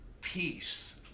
peace